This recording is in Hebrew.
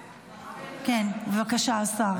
כן, בבקשה, השר.